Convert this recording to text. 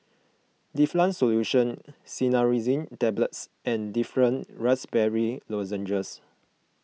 Difflam Solution Cinnarizine Tablets and Difflam Raspberry Lozenges